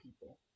people